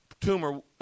tumor